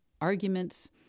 arguments